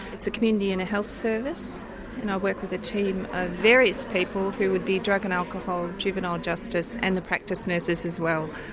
it's a community and a health service and i work with a team of various people who would be drug and alcohol, juvenile justice, and the practice nurses as well.